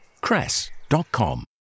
cress.com